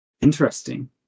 Interesting